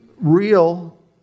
real